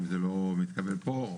אם זה לא מתקבל פה,